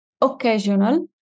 occasional